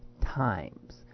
times